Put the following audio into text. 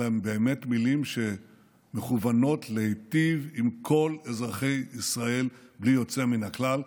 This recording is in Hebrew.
אלא הן באמת מילים שמכוונות להיטיב עם כל אזרחי ישראל בלי יוצא מן הכלל,